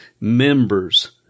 members